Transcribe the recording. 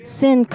sin